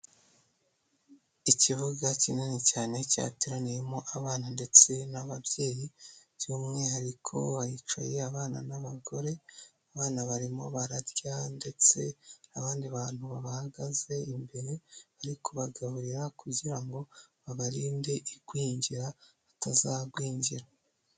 Ikibuga kinini cyane cyateraniyemo abana ndetse n'ababyeyi by'umwihariko ahicaye abana n'abagore, abana barimo bararya ndetse abandi bantu babahagaze imbere bari kubagaburira kugira ngo babarinde igwingira batazagwingira.